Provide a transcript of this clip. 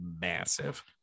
massive